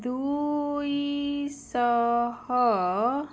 ଦୁଇଶହ